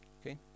Okay